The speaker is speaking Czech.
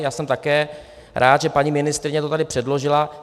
Já jsem také rád, že paní ministryně to tady předložila.